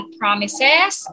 promises